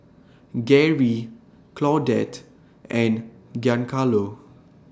Garry Claudette and Giancarlo